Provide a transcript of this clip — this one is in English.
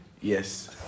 Yes